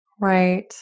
Right